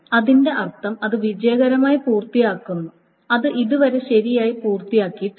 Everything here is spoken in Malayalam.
അതിൻറെ അർത്ഥം അത് വിജയകരമായി പൂർത്തിയാക്കുന്നു അത് ഇതുവരെ ശരിയായി പൂർത്തിയാക്കിയിട്ടില്ല